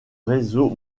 réseau